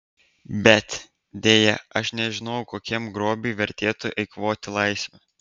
bet deja aš nežinojau kokiam grobiui vertėtų eikvoti laisvę